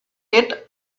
yet